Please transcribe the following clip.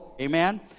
amen